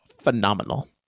phenomenal